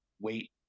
wait